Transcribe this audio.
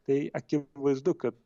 tai akivaizdu kad